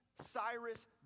Cyrus